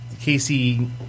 Casey